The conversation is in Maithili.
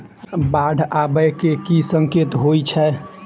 बाढ़ आबै केँ की संकेत होइ छै?